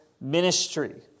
Ministry